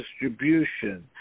distribution